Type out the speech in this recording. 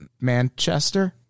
manchester